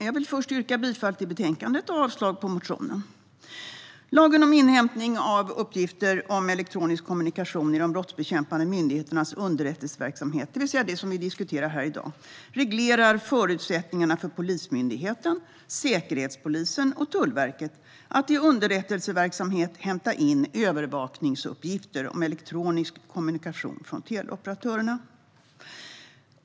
Fru talman! Jag yrkar bifall till utskottets förslag och avslag på reservationen. Lagen om inhämtning av uppgifter om elektronisk kommunikation i de brottsbekämpande myndigheternas underrättelseverksamhet, det vill säga det som vi diskuterar i dag, reglerar förutsättningarna för Polismyndigheten, Säkerhetspolisen och Tullverket att i underrättelseverksamhet hämta in övervakningsuppgifter om elektronisk kommunikation från teleoperatörerna.